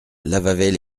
lavaveix